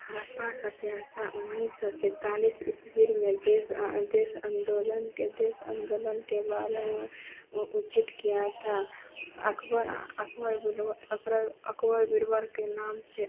हड़प्पा सभ्यता उन्नीस सौ सैंतालीस इस्वीं में देश देश अन्दोलन के देश अन्दोलन के बारे में उचित किया था अकबर अकबर बीरबल अपरर अकबर बीरबल के नाम से